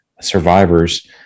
survivors